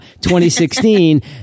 2016